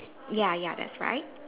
ya ya that's right